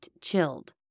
chilled